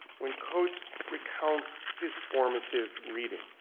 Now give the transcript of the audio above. when coates recounts his formative reading.